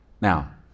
Now